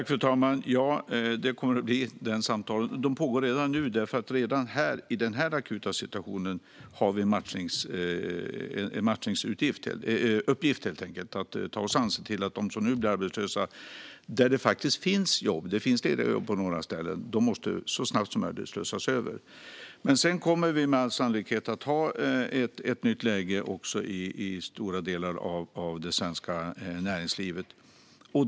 Fru talman! Det kommer att bli sådana samtal, och de pågår redan nu. Redan i denna akuta situation har vi en matchningsuppgift helt enkelt att ta oss an och se till att de som nu blir arbetslösa så snabbt som möjligt slussas över dit där det faktiskt finns jobb. Det finns lediga jobb på några ställen. Men sedan kommer vi med all sannolikhet att ha ett nytt läge också i stora delar av det svenska näringslivet.